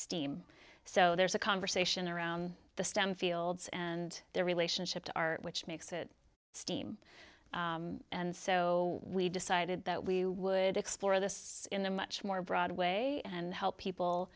steam so there's a conversation around the stem fields and their relationship to our which makes it steam and so we decided that we would explore this in a much more broad way and help people